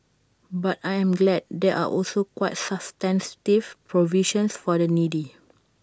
but I am glad there are also quite substantive provisions for the needy